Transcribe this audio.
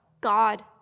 God